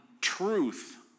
truth